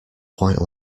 quite